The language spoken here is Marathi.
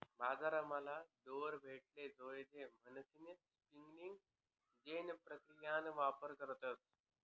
बजारमा दोरा भेटाले जोयजे म्हणीसन स्पिनिंग जेनी प्रक्रियाना वापर करतस